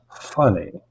funny